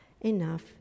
enough